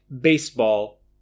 baseball